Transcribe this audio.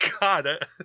God